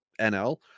NL